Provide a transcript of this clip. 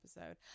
episode